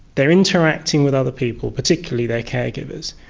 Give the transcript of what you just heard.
they are interacting with other people, particularly their caregivers.